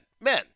Men